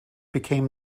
became